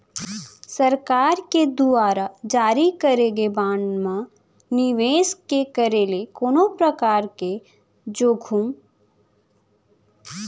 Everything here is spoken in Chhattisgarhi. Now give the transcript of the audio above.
सरकार के दुवार जारी करे गे बांड म निवेस के करे ले कोनो परकार के जोखिम नइ राहय